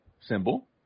symbol